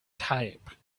type